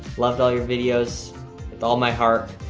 loved all your videos with all my heart.